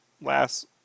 Last